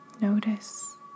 Notice